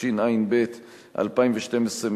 התשע"ב 2012,